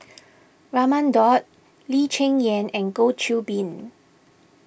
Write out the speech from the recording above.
Raman Daud Lee Cheng Yan and Goh Qiu Bin